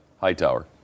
Hightower